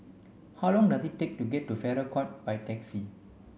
how long does it take to get to Farrer Court by taxi